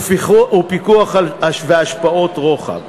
פיקוח והשפעות רוחב.